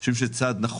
אני חושב שזה צעד נכון,